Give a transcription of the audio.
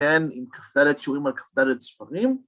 עם כ"ד שיעורים על כ"ד ספרים